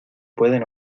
pueden